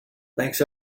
thanks